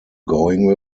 going